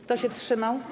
Kto się wstrzymał?